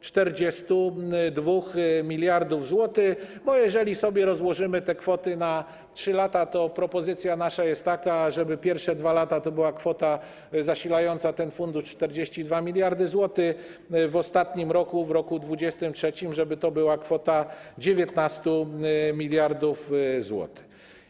42 mld zł, bo jeżeli sobie rozłożymy te kwoty na 3 lata, to propozycja nasza jest taka, żeby przez pierwsze 2 lata to była kwota zasilająca ten fundusz 42 mld zł, a w ostatnim roku, w roku 2023, żeby to była kwota 19 mld zł.